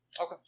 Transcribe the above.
Okay